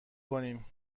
کنیم